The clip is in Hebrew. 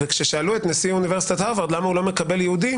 וכששאלו את נשיא אוניברסיטת הרווארד למה הוא לא מקבל יהודים,